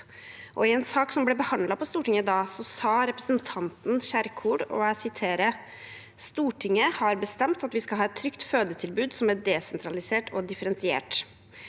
I en sak som ble behandlet på Stortinget da, sa representanten Kjerkol: «Stortinget har bestemt at vi skal ha et trygt fødetilbud som er desentralisert og differensiert.»